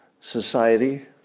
society